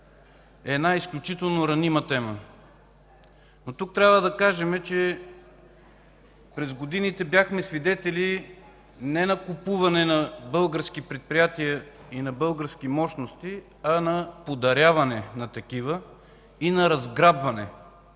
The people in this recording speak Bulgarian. е изключително ранима тема. Но тук трябва да кажем, че през годините бяхме свидетели не на купуване на български предприятия и български мощности, а на подаряване на такива и на разграбване.